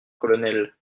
colonel